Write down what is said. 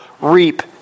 reap